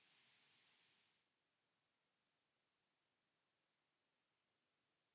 Kiitos!